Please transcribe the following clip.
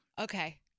Okay